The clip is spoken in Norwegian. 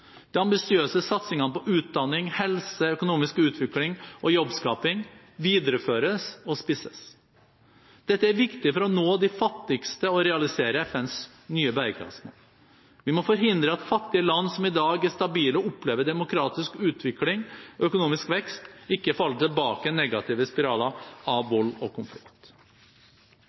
De ambisiøse satsingene på utdanning, helse, økonomisk utvikling og jobbskaping videreføres og spisses. Dette er viktig for å nå de fattigste og realisere FNs nye bærekraftsmål. Vi må forhindre at fattige land som i dag er stabile og opplever demokratisk utvikling og økonomisk vekst, ikke faller tilbake i negative spiraler av vold og konflikt.